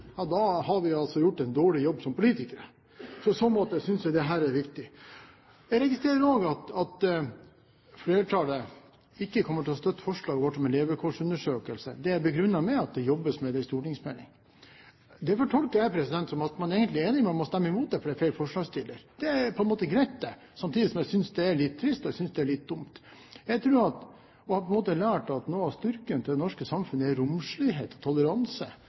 har vi gjort en dårlig jobb som politikere. I så måte synes jeg dette er viktig. Jeg registrerer også at flertallet ikke kommer til å støtte forslaget vårt om en levekårsundersøkelse. Det er begrunnet med at det jobbes med det i en stortingsmelding. Det tolker jeg som at man egentlig er enig om å stemme imot fordi det er feil forslagsstiller. Det er på en måte greit, samtidig som jeg synes det er litt trist og litt dumt. Jeg tror, og har også lært, at noe av styrken til det norske samfunnet er romslighet og toleranse.